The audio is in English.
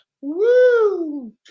Woo